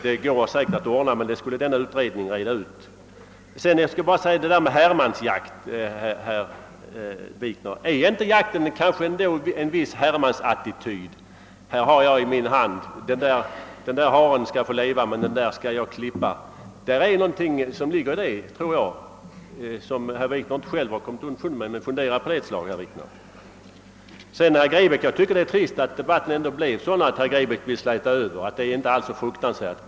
Det går säkert att ordna, och det var just den saken som denna utredning skulle utreda. I fråga om uttrycket herremansjakt undrar jag, herr Wikner, om det ändå inte i begreppet jakt ligger en viss herremansattityd. Här har jag i min hand möjlighet att bestämma: den där haren skall få leva, men den där skall jag klippa. Herr Wikner har nog inte kommit underfund med det, men däri ligger något av en herremansattityd. Fundera på det ett slag, herr Wikner! Jag tycker att det är trist att debatten ändå blev sådan att herr Grebäck vill släta över och säga att det inte är så fruktansvärt.